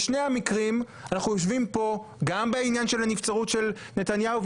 בשני המקרים אנחנו יושבים פה גם בעניין של נבצרות של נתניהו,